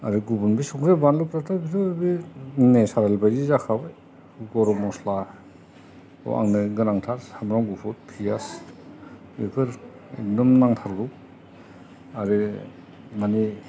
आरो गुबुन बे संख्रि बानलुफ्राथ' बेथ' बे नेसारेल बायदि जाखाबाय गरम मस्लाखौ आंनो गोनांथार सामब्राम गुफुर फियास बेफोर एखदम नांथारगोै आरो माने